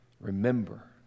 remember